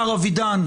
מר אבידן ?